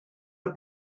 der